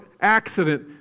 accident